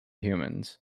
humans